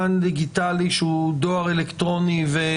הנייד ולכתובת דואר אלקטרוני,